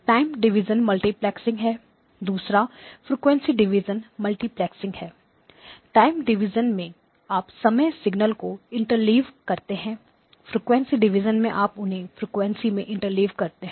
एक time division multiplexing है दूसरा फ्रीक्वेंसी डिवीजन मल्टीप्लेक्सिंग है टाइम डिवीजन में आप समय सिग्नल को इंटरलेव करते हैं फ्रीक्वेंसी डिवीजन में आप उन्हें फ्रीक्वेंसी में इंटरलेव करते हैं